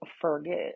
forget